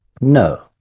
No